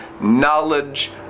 knowledge